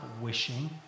wishing